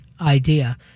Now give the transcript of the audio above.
idea